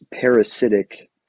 parasitic